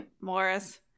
Morris